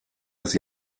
des